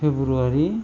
February